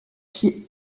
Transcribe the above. qui